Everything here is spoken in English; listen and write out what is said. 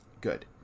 Good